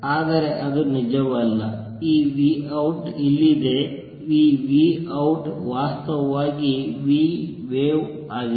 ಆದರೆ ಅದು ನಿಜವಲ್ಲ ಈ v out ಇಲ್ಲಿದೆ ಈ v out ವಾಸ್ತವವಾಗಿ vwave ಆಗಿದೆ